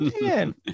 Man